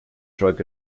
drug